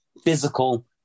physical